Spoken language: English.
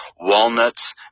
walnuts